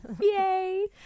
yay